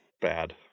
bad